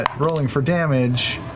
ah rolling for damage,